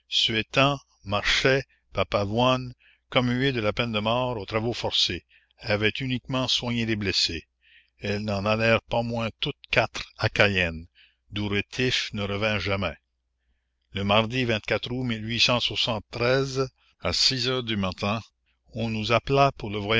suétens marchais papavoine commuées de la peine de mort aux travaux forcés avaient uniquement soigné les blessés elles n'en allèrent pas moins toutes quatre à cayenne d'où rétif ne revint jamais le mardi août à six heures du matin on nous appela pour le